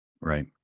Right